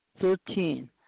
Thirteen